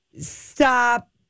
stop